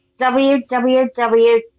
www